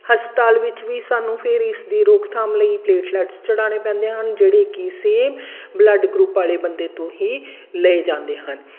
ਹਸਪਤਾਲ ਵਿੱਚ ਵੀ ਸਾਨੂੰ ਫਿਰ ਇਸ ਦੀ ਰੋਕਥਾਮ ਲਈ ਪਲੇਟਲੈਟਸ ਚੜ੍ਹਾਉਣੇ ਪੈਂਦੇ ਹਨ ਜਿਹੜੇ ਕਿ ਸੇਮ ਬਲੱਡ ਗਰੁੱਪ ਵਾਲੇ ਬੰਦੇ ਤੋਂ ਹੀ ਲਏ ਜਾਂਦੇ ਹਨ